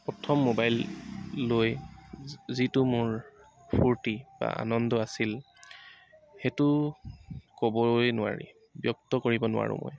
প্ৰথম মোবাইল লৈ যিটো মোৰ ফূৰ্তি বা আনন্দ আছিল সেইটো ক'বলৈ নোৱাৰি ব্যক্ত কৰিব নোৱাৰোঁ মই